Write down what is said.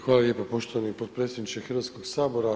Hvala lijepa poštovani potpredsjedniče Hrvatskog sabora.